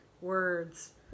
words